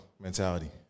mentality